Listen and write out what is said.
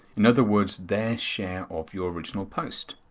in other words, their share of your original post.